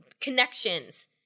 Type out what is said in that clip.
connections